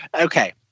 okay